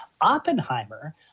oppenheimer